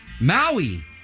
Maui